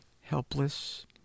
helpless